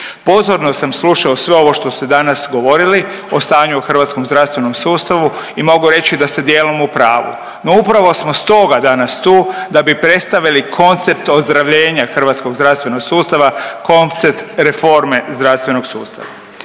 Pozorno sam slušao sve ovo što ste danas govorili o stanju u hrvatskom zdravstvenom sustavu i mogu reći da ste dijelom u pravu. No, upravo smo stoga danas tu da bi predstavili koncept ozdravljenja hrvatskog zdravstvenog sustava,